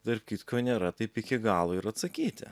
tarp kitko nėra taip iki galo ir atsakyti